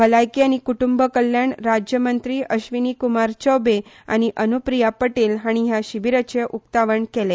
भलायकी आनी कुट्टंब कल्याण राज्यमंत्री आश्विनि कुमार चौबे आनी अनुप्रिया पटेल हाणी ह्या शिबीराचे उक्तावण केले